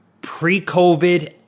pre-COVID